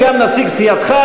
וגם נציג סיעתך,